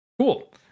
Cool